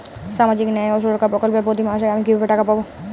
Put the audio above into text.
সামাজিক ন্যায় ও সুরক্ষা প্রকল্পে প্রতি মাসে আমি কিভাবে টাকা পাবো?